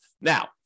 Now